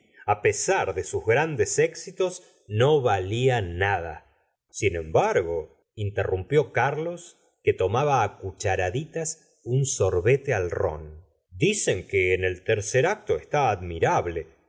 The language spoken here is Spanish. á pesar de sus grandes éxitos no valia nada sin embargo interrumpió carlos que tomaba á cucharaditas un sorbete al rom dicen que en el tercer acto está admirable